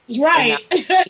Right